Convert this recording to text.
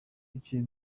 biciye